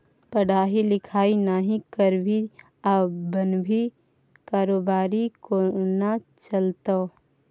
पढ़ाई लिखाई नहि करभी आ बनभी कारोबारी कोना चलतौ